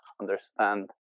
understand